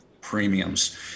premiums